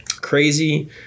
crazy